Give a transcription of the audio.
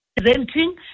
presenting